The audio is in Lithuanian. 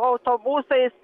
au autobusais